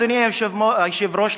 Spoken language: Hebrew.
אדוני היושב-ראש,